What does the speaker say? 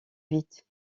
vite